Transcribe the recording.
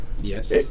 Yes